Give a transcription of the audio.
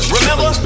Remember